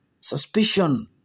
Suspicion